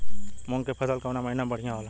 मुँग के फसल कउना महिना में बढ़ियां होला?